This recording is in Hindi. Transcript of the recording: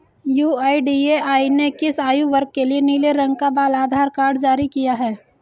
यू.आई.डी.ए.आई ने किस आयु वर्ग के लिए नीले रंग का बाल आधार कार्ड जारी किया है?